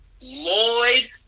Lloyd